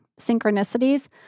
synchronicities